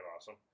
awesome